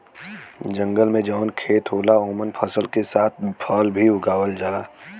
जंगल में जौन खेत होला ओमन फसल के साथ फल भी उगावल जाला